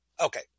Okay